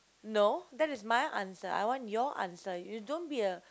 no that is my answer I want your answer you don't be a